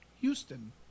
Houston